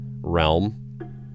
realm